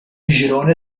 girone